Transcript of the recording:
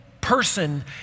person